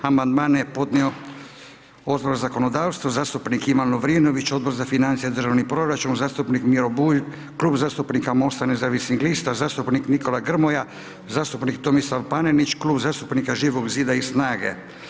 Amandmane je podnio Odbor za zakonodavstvo, zastupnik Ivan Lovrinović, Odbor za financije i državni proračun, zastupnik Miro Bulj, Klub zastupnika MOST-a nezavisnih lista, zastupnik Nikola Grmoja, zastupnik Tomislav Panenić, Klub zastupnika Živog zida i SNAGA-e.